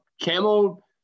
Camel